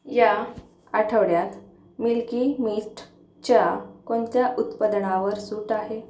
या आठवड्यात मिल्की मिस्टच्या कोणत्या उत्पादनावर सूट आहे